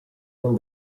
non